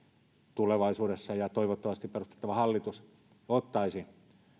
tulevaisuudessa toivottavasti perustettava hallitus ottaisi